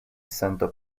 center